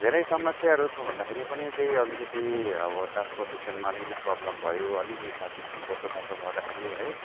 धेरै समस्याहरू प भन्दाखेरि पनि त्यही अलिकति अब ट्रान्सस्पोर्टेसनमा अलिकति प्रब्लम भयो अलिकति साथीहरूसँग बसोबासो गर्दाखेरि है